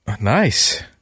Nice